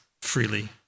freely